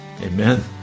Amen